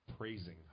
praising